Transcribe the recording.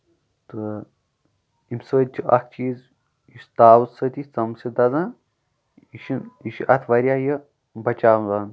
تہٕ ییٚمہِ سۭتۍ چھُ اکھ چیٖز یُس تاپہٕ سۭتۍ ژَم چھِ دَزان یہِ چھُ یہِ چھُ اَتھ واریاہ یہِ بَچاوان